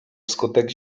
wskutek